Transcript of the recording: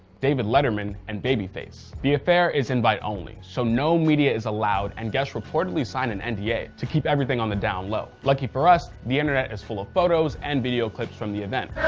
david letterman and babyface. the affair is invite only, so no media is allowed and guests reportedly signed an nda and yeah to keep everything on the down low. lucky for us the internet is full of photos and video clips from the event,